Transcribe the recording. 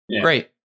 Great